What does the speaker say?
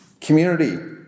Community